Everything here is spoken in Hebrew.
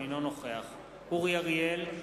אינו נוכח אורי אריאל,